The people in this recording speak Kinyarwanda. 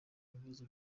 bibazo